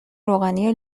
روغنی